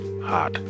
Hot